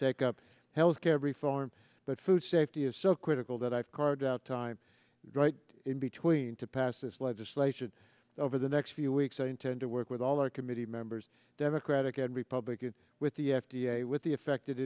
take up health care reform but food safety is so critical that i've carved out time right in between to pass this legislation over the next few weeks to work with all our committee members democratic and republican with the f d a with the affected